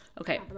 Okay